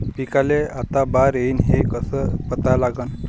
पिकाले आता बार येईन हे कसं पता लागन?